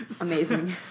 Amazing